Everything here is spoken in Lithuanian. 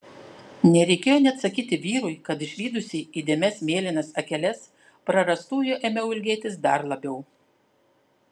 nereikėjo net sakyti vyrui kad išvydusi įdėmias mėlynas akeles prarastųjų ėmiau ilgėtis dar labiau